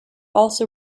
also